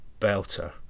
belter